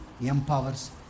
empowers